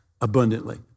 abundantly